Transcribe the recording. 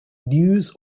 news